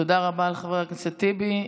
תודה רבה לחבר הכנסת טיבי.